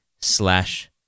slash